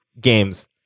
games